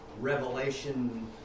revelation